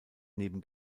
neben